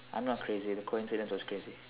I'm not crazy the coincidence was crazy